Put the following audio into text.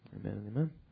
Amen